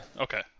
Okay